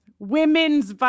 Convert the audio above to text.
Women's